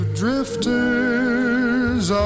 drifters